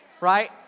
right